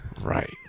Right